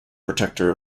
protector